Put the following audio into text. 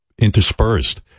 interspersed